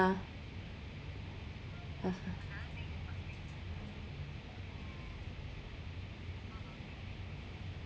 yeah